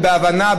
בהבנה,